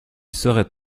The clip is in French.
serait